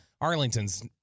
Arlington's